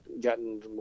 gotten